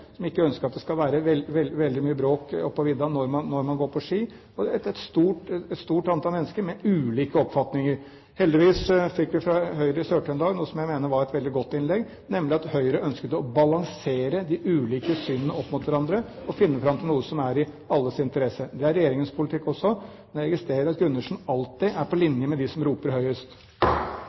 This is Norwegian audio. som ikke ønsker at det skal være veldig mye bråk oppå vidda når man går på ski. Dette er et stort antall mennesker med ulike oppfatninger. Heldigvis fikk vi fra Høyre i Sør-Trøndelag noe som jeg mener var et veldig godt innlegg, nemlig om at Høyre ønsker å balansere de ulike synene opp mot hverandre og finne fram til noe som er i alles interesse. Det er regjeringens politikk også, men jeg registrerer at Gundersen alltid er på linje med dem som roper høyest.